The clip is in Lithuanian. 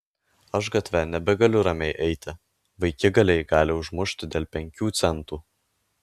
aš gatve nebegaliu ramiai eiti vaikigaliai gali užmušti dėl penkių centų